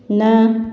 न